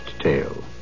tale